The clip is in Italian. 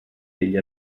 degli